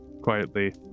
quietly